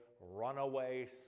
runaway